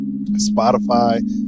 Spotify